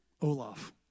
Olaf